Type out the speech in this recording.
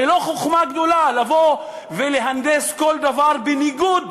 הרי לא חוכמה גדולה לבוא ולהנדס כל דבר בניגוד